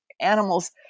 animals